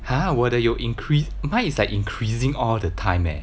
!huh! 我的有 increase mine is like increasing all the time eh